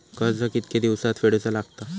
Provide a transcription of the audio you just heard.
कर्ज कितके दिवसात फेडूचा लागता?